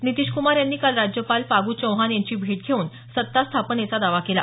नितीशकुमार यांनी काल राज्यपाल फागू चौहान यांची भेट घेऊन सत्ता स्थापनेचा दावा केला